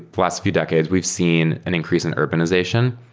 the last few decades, we've seen an increase in urbanization.